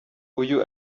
uyu